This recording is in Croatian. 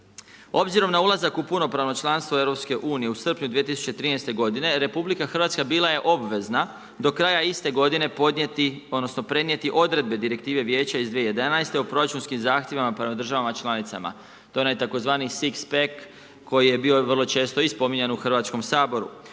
obzirom na ulazak u punopravno članstvo EU u srpnju 2013. godine RH bila je obvezna do kraja iste godine podnijeti, odnosno prenijeti odredbe Direktive vijeća iz 2011. o proračunskim zahtjevima prema državama članicama. To je onaj tzv. sixpack koji je bio vrlo često i spominjan u Hrvatskom saboru,